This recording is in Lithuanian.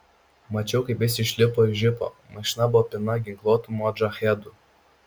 mačiau kaip jis išlipo iš džipo mašina buvo pilna ginkluotų modžahedų